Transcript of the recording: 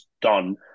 done